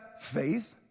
faith